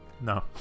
No